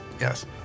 yes